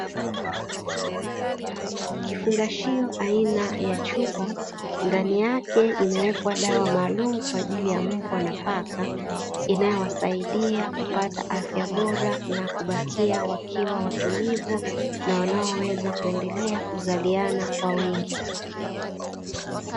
Kifungashio aina ya chupa, ndani yake imewekwa dawa maalumu kwa ajili ya mbwa na paka, inayowasaidia kupata afya bora na kubakia wakiwa watulivu na wanaoweza kuendelea kuzaliana kwa wingi.